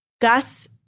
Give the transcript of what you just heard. Gus